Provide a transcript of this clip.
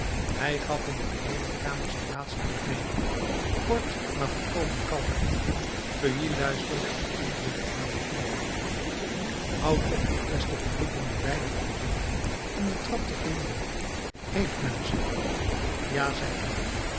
hij gaf in de benedenkamer zijn laatste bevelen kort maar volkomen kalm feuilly luisterde en antwoordde in naam van allen houdt op de eerste verdieping de bijlen gereed om de trap te vernielen heeft men ze ja zeide